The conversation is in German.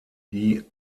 die